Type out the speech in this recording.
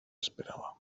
esperaba